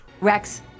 Rex